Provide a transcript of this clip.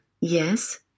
Yes